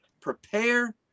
Prepare